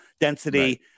density